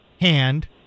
hand